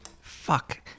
Fuck